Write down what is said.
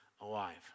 alive